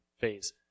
phase